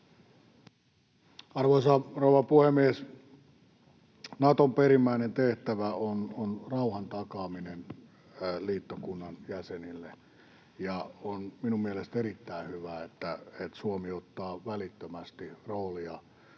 Arvoisa rouva puhemies! Naton perimmäinen tehtävä on rauhan takaaminen liittokunnan jäsenille, ja on minun mielestäni erittäin hyvä, että Suomi ottaa välittömästi roolia,